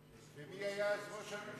ומי היה אז ראש הממשלה?